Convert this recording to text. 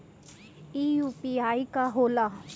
ई यू.पी.आई का होला?